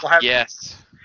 yes